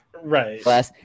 Right